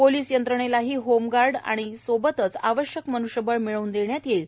police यंत्रणेलाही home guard आदी आवश्यक मन्ष्यबळ मिळवून देण्यात येईल